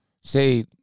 say –